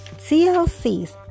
TLC's